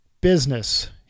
business